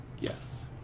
Yes